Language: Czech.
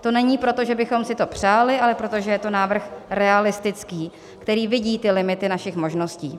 To není proto, že bychom si to přáli, ale protože je to návrh realistický, který vidí limity našich možností.